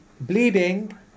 bleeding